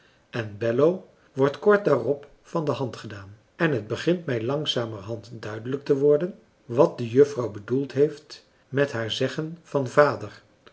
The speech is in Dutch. en bello wordt kort daarop van de hand gedaan en het begint mij langzamerhand duidelijk te worden wat de juffrouw bedoeld heeft met haar zeggen van vader